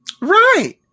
Right